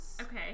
okay